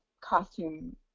costume